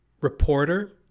reporter